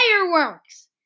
fireworks